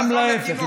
גם להפך.